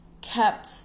Kept